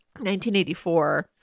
1984